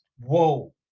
Whoa